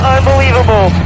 Unbelievable